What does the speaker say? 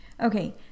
Okay